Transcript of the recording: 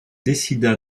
décida